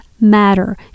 matter